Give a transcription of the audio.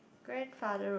grandfather road